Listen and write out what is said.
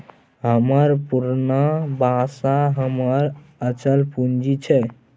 हमर पुरना बासा हमर अचल पूंजी छै